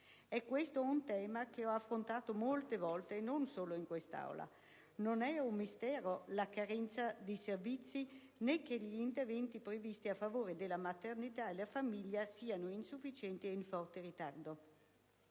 È questo un tema che ho affrontato molte volte e non solo in quest'Aula. Non è un mistero la carenza di servizi né che gli interventi previsti a favore della maternità e la famiglia siano insufficienti e in forte ritardo.